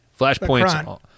flashpoints